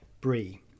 brie